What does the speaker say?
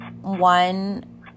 one